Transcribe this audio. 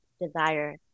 desire